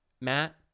Matt